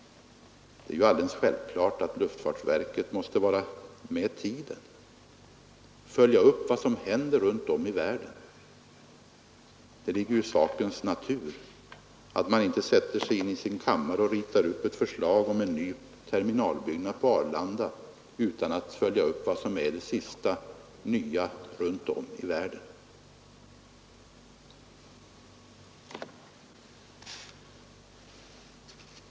Det är alldeles självklart att luftfartsverket måste vara med tiden och följa upp vad som händer runt om i världen. Det ligger i sakens natur att man inte sätter sig i sin kammare och ritar upp ett förslag till en ny terminalbyggnad på Arlanda utan att följa upp vad som är det senaste nya runt om i världen.